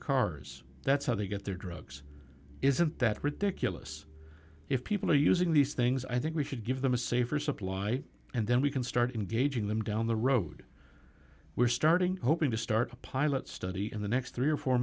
cars that's how they get their drugs isn't that ridiculous if people are using these things i think we should give them a safer supply and then we can start engaging them down the road we're starting hoping to start a pilot study in the next three or four